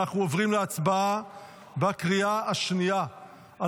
אנחנו עוברים להצבעה בקריאה השנייה על